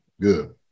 Good